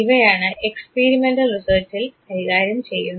ഇവയാണ് എക്സ്പീരിമെൻറൽ റിസർച്ചിൽ കൈകാര്യം ചെയ്യുന്നത്